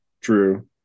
true